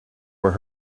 were